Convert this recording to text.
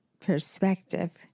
perspective